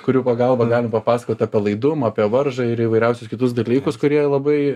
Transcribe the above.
kurių pagalba galim papasakot apie laidumą apie varžą ir įvairiausius kitus dalykus kurie labai